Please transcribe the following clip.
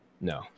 No